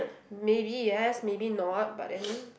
maybe yes maybe not but then